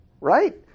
Right